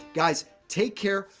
guys, take care.